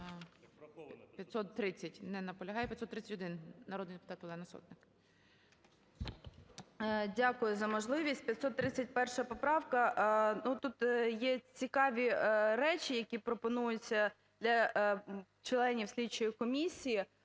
Дякую за можливість. 531 поправка. Ну, тут є цікаві речі, які пропонуються для членів слідчої комісії